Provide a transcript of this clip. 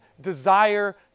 desire